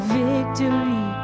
victory